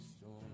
storm